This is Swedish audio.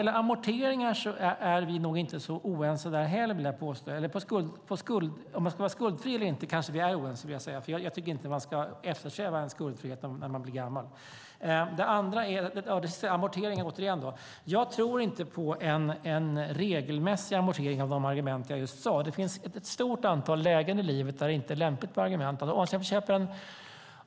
I frågan om man ska vara skuldfri eller inte kanske vi är oense, för jag tycker inte att man ska eftersträva en skuldfrihet när man blir gammal. Vad gäller amorteringar är vi nog inte så oense, men jag tror inte på en regelmässig amortering i enlighet med de argument jag just anförde. Det finns ett stort antal lägen i livet där det inte är lämpligt.